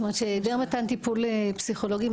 ד"ר שרון פלגי,